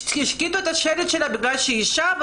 השחיתו את השלט שלה כי היא אישה,